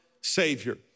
Savior